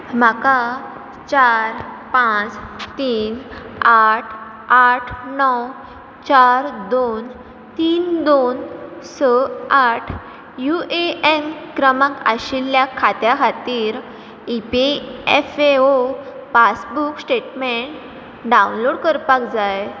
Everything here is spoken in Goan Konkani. म्हाका चार पांच तीन आठ आठ णव चार दोन तीन दोन स आठ युएएन क्रमांक आशिल्ल्या खात्या खातीर ईपीएफएओ पासबूक स्टेटमेंट डावनलोड करपाक जाय